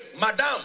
Madam